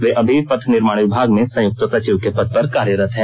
वे अभी पथ निर्माण विभाग में संयुक्त सचिव के पद पर कार्यरत हैं